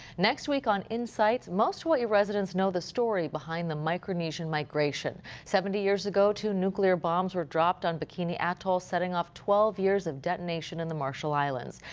next week on insights, most hawaii residents know the story behind the micronesian migration. seventy years ago two nuclear bombs were dropped on bikini atoll setting off twelve years of detonation in the marshall islands.